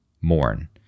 mourn